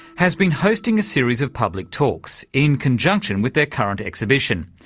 has been hosting a series of public talks in conjunction with their current exhibition,